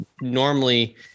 normally